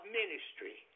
ministry